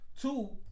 Two